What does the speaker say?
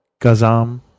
Gazam